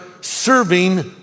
serving